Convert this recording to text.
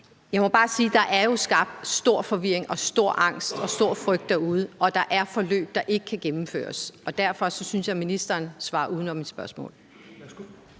Jeg må bare sige, at der jo er skabt stor forvirring, stor angst og stor frygt derude, og der er forløb, der ikke kan gennemføres. Derfor synes jeg, ministeren svarer uden om mit spørgsmål.